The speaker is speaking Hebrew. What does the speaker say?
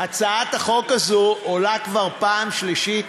והצעת החוק הזאת עולה כבר פעם שלישית,